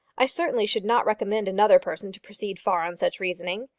i certainly should not recommend another person to proceed far on such reasoning.